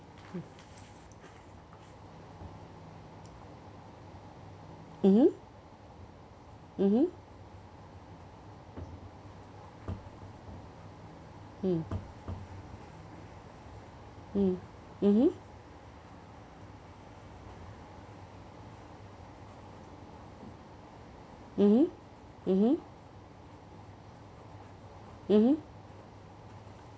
mmhmm mmhmm mm mm mmhmm mmhmm mmhmm mmhmm